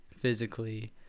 physically